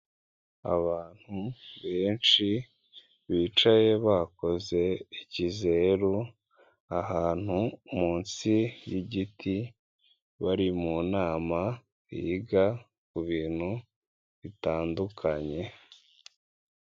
Abantu benshi bicaye bakoze ikizeru, ahantu munsi y'igiti bari mu nama yiga ku bintu bitandukanye.